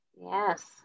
Yes